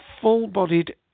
full-bodied